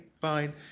fine